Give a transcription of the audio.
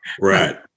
right